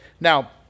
now